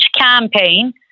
campaign